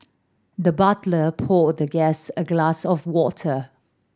the butler poured the guest a glass of water